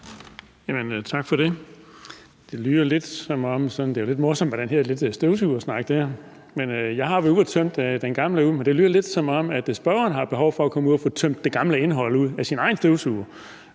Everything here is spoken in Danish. Tak for det. Det er sådan lidt morsomt med den der støvsugersnak, og jeg har jo været ude at tømme den gamle støvsuger derude, men det lyder lidt, som om spørgeren har et behov for at komme ud og få tømt det gamle indhold ud af sin egen støvsuger.